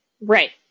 Right